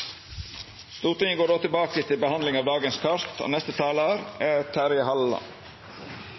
Stortinget går då tilbake til behandlinga av i sak nr. 13 på dagens kart, og neste talar er Terje Halleland.